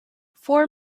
four